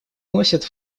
вносит